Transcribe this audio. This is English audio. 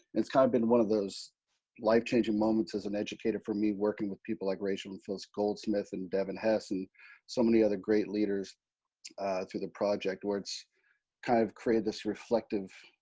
it's kind of been one of those life-changing moments as an educator for me working with people like rachel and phyllis goldsmith, and devin hess, and so many other great leaders through the project, where it's kind of created this reflective